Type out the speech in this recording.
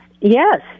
yes